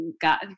got